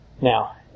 Now